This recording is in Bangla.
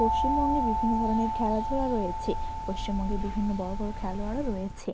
পশ্চিমবঙ্গে বিভিন্ন ধরনের খেলাধুলা রয়েছে পশ্চিমবঙ্গে বিভিন্ন বড়ো বড়ো খেলোয়াড়ও রয়েছে